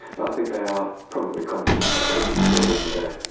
but i think they are probably confident that they can still win the day.